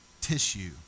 tissue